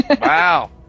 wow